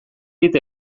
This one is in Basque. dit